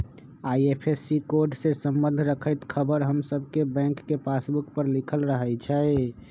IFSC code से संबंध रखैत ख़बर हमर सभके बैंक के पासबुक पर लिखल रहै छइ